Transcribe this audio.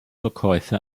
verkäufe